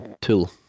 tool